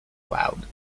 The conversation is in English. cloud